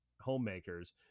homemaker's